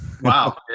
Wow